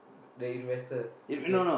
the investors okay